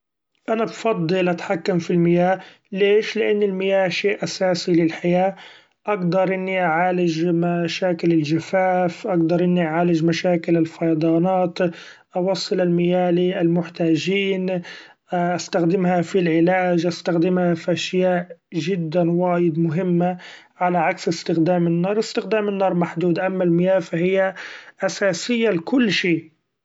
أنا بفضل اتحكم في المياه ليش ؛ لأن المياه شيء أساسي للحياة اقدر اني أعالج مشاكل الجفاف ، اقدر اني اعالج مشاكل الفيضانات ، أوصل المياه لي المحتاجين استخدمها في العلاج استخدمها في اشياء جدا وايد مهمة ، علي عكس استخدام النار استخدام النار محدود ، أما المياة فهي أساسية لكل شيء.